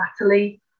latterly